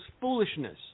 foolishness